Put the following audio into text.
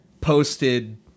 posted